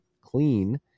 clean